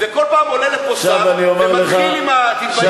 וכל פעם עולה לפה שר ומתחיל עם ה"תתביישו".